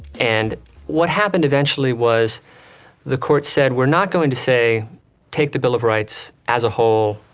and what happened eventually was the court said we're not going to say take the bill of rights as a whole,